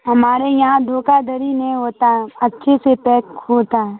ہمارے یہاں دھوکا دھری نہیں ہوتا ہے اچھے سے پیک ہوتا ہے